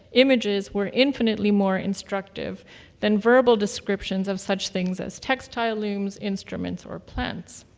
images were infinitely more instructive than verbal descriptions of such things as textile looms, instruments, or plants.